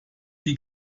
die